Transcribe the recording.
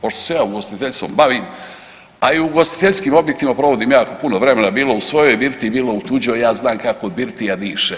Pošto se ja ugostiteljstvom bavim, a i u ugostiteljskim objektima provodim jako puno vremena bilo u svojoj birtiji, bilo u tuđoj, ja znam kako birtija diše.